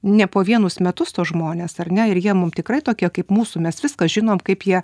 ne po vienus metus tuos žmones ar ne ir jie mum tikrai tokie kaip mūsų mes viską žinom kaip jie